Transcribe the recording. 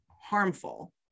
harmful